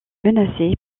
menacé